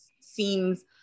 seems